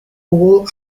all